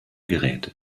geräte